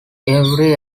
every